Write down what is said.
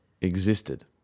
existed